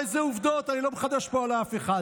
הרי אלה עובדות, אני לא מחדש פה לאף אחד.